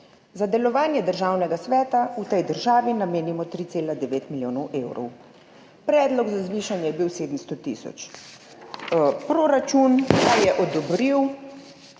Za delovanje Državnega sveta v tej državi namenimo 3,9 milijona evrov. Predlog za zvišanje je bil 700 tisoč, proračun je odobril